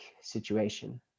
situation